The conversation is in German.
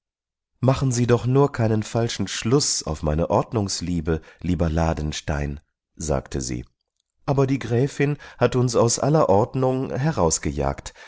machen sie doch nur keinen falschen schluß auf meine ordnungsliebe lieber ladenstein sagte sie aber die gräfin hat uns aus aller ordnung herausgejagt